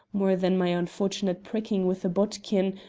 more than my unfortunate pricking with a bodkin,